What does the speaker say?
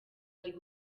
arimo